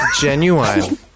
Genuine